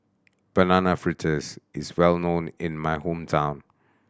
Banana Fritters is well known in my hometown